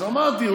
אז אמרתי,